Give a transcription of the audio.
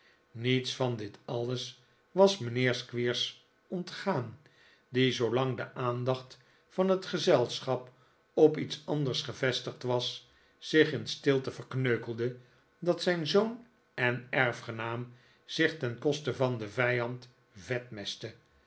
niets van dit alles was mijnheer squeers ontgaan die zoolang de aandacht van het gezelschap op iets anders gevestigd was zich in stilte verkneukelde dat zijn zoon en erfgenaam zich ten koste van den vijand vetmestte